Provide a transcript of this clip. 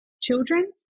children